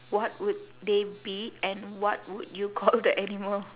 what would they be and what would you call the animal